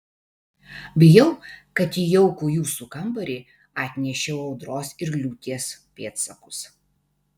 bijau kad į jaukų jūsų kambarį atnešiau audros ir liūties pėdsakus